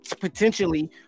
potentially